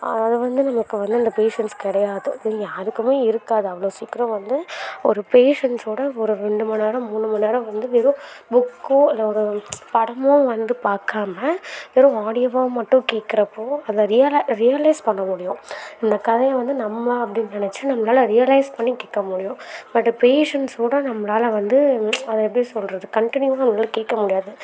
அது வந்து நமக்கு வந்து அந்த பேஷன்ஸ் கிடையாது இங்கே யாருக்குமே இருக்காது அவ்வளோ சீக்கிரம் வந்து ஒரு பேஷன்ஸோட ஒரு ரெண்டுமண்நேரம் மூணுமண்நேரம் வந்து வெறும் புக்கோ இல்லை ஒரு படமோ வந்து பார்க்காம வெறும் ஆடியோவாக மட்டும் கேட்குறப்போ அதை ரியல ரியலைஸ் பண்ண முடியும் இந்த கதையை வந்து நம்ம அப்படின் நினைச்சி நம்மளால் ரியலைஸ் பண்ணி கேட்க முடியும் பட்டு பேஷன்ஸோட நம்மளால் வந்து அதை எப்படி சொல்லுறது கன்ட்டினியூவாக நம்மளால் கேட்க முடியாது